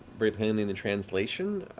very plainly in the translation.